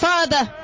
Father